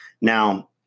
Now